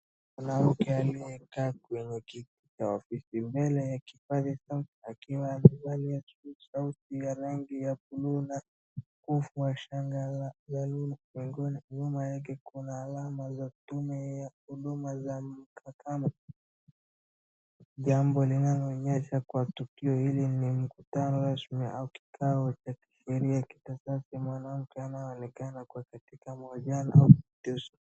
Mwanamke aliyekaa kwenye kiti vya ofisini mbele ya kipaza sauti wakiwa wamevalia suti sauti ya rangi ya blue na kufua shanga la lulu mbinguni. Nyuma yake kuna alama za tume ya huduma za mhakama. Jambo linaloonyesha kuwa tukio hili ni mkutano rasmi au kikao cha kiserikali kitaasisi. Mwanamke anaonekana kuwa katika mahojiano au.